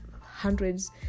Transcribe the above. hundreds